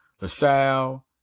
LaSalle